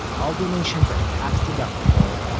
all donations are tax-deductible,